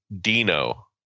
Dino